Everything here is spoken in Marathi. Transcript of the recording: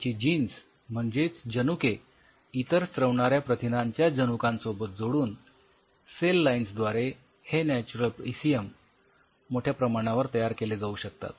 यांची जीन्स म्हणजेच जनुके इतर स्रवणाऱ्या प्रथिनांच्या जनुकांसोबत जोडून सेल लाईन्स द्वारे हे नॅच्युरल ईसीएम मोठ्या प्रमाणावर तयार केले जाऊ शकतात